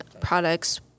products